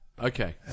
Okay